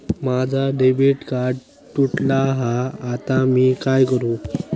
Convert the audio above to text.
माझा debit card तुटला हा आता मी काय करू?